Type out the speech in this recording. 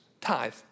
tithe